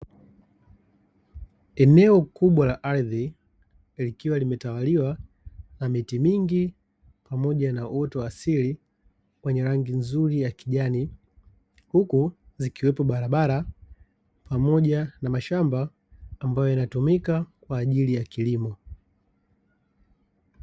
Eneo kubwa la ardhi likiwa limetawaliwa na miti mingi pamoja na uoto wa asili wenye rangi nzuri ya kijani, huku zikiwepo barabara pamoja na mashamba ambayo yanatumika kwa ajili ya kilimo.